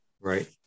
Right